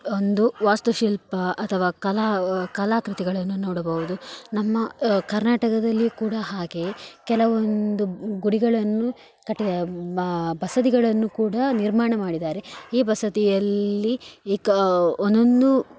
ಒಂದು ವಾಸ್ತು ಶಿಲ್ಪ ಅಥವಾ ಕಲಾ ಕಲಾ ಕೃತಿಗಳನ್ನು ನೋಡಬಹುದು ನಮ್ಮ ಕರ್ನಾಟಕದಲ್ಲಿ ಕೂಡ ಹಾಗೆಯೇ ಕೆಲವೊಂದು ಗುಡಿಗಳನ್ನು ಕಟ್ಟಿದ ಬಸದಿಗಳನ್ನು ಕೂಡ ನಿರ್ಮಾಣ ಮಾಡಿದ್ದಾರೆ ಈ ಬಸದಿಯಲ್ಲಿ ಏಕ ಒಂದೊಂದು